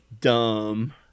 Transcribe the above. dumb